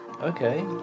okay